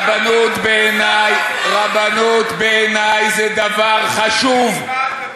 רבנות בעיני זה דבר חשוב.